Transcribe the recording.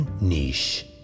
niche